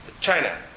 China